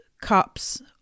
cups